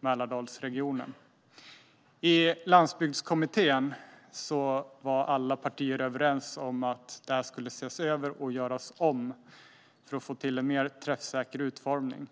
Mälardalsregionen. I Landsbygdskommittén var alla partier överens om att det här skulle ses över och göras om för att få till en mer träffsäker utformning.